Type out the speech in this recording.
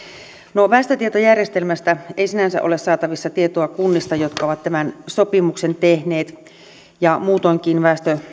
no väestötietojärjestelmästä ei sinänsä ole saatavissa tietoa kunnista jotka ovat tämän sopimuksen tehneet muutoinkin